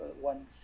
one